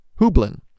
Hublin